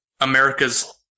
America's